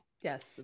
Yes